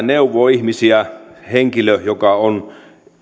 neuvoo ihmisiä henkilö joka on